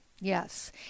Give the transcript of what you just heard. Yes